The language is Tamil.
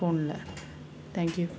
ஃபோனில் தேங்க் யூ